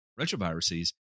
retroviruses